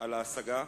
על ההשגה